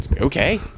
okay